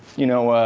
you know,